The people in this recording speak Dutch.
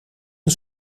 een